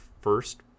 first